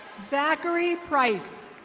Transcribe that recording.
zachary price.